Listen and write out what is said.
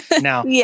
Now